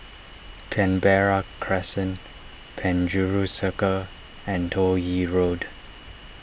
Canberra Crescent Penjuru Circle and Toh Yi Road